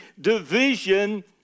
division